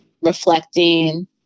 reflecting